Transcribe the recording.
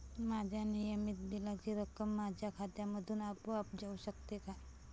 माझ्या नियमित बिलाची रक्कम माझ्या खात्यामधून आपोआप जाऊ शकते का?